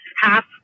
half-